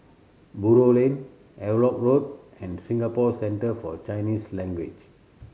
Buroh Lane Havelock Road and Singapore Centre For Chinese Language